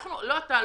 ולא אתה,